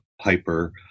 Piper